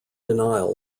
denial